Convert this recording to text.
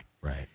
right